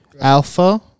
Alpha